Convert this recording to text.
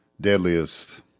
deadliest